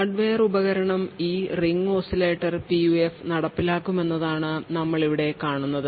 hardware ഉപകരണം ഈ ring oscillator PUF നടപ്പിലാക്കുമെന്നതാണ് നമ്മൾ ഇവിടെ കാണുന്നത്